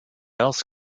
else